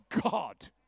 God